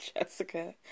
Jessica